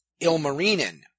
Ilmarinen